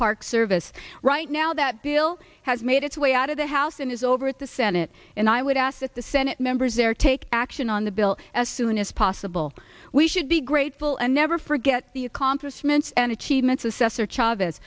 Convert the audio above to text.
park service right now that bill has made its way out of the house and is over at the senate and i would ask that the senate members there take action on the bill as soon as possible we should be grateful and never forget the accomplishments and achievements assess